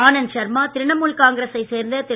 ஆனந்த் ஷர்மா திரணமூல் காங்கிரசைச் சேர்ந்த திரு